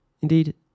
Indeed